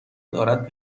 دارد